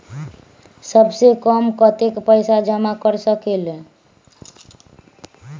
सबसे कम कतेक पैसा जमा कर सकेल?